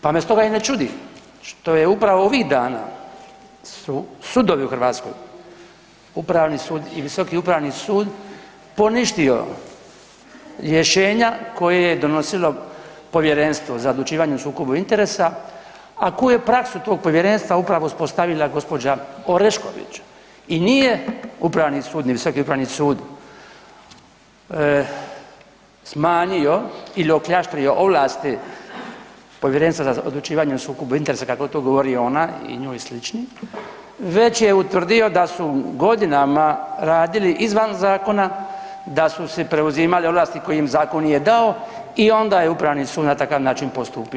Pa me stoga i ne čudi što je upravo ovih dana su sudovi u Hrvatskoj, Upravni sud i Visoki upravni sud poništio rješenja koje je donosilo Povjerenstvo za odlučivanje o sukobu interesa, a koju je praksu tog povjerenstva upravo uspostavila gospođa Orešković i nije Upravni sud ni Visoki upravi sud smanjio ili okljaštrio ovlasti Povjerenstva za odlučivanje o sukobu interesa kako to govori ona i njoj slični već je utvrdio da su godinama radili izvan zakona, da su si preuzimali ovlasti koje im zakon nije dao i onda je Upravni sud na takav način postupio.